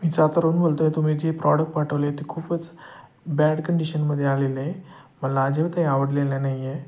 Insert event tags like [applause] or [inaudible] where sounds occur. मी सातारहून बोलतो आहे तुम्ही जे प्रॉडक्ट पाठवले ते खूपच बॅड कंडिशनमध्ये आलेलं आहे मला [unintelligible] आवडलेलं नाही आहे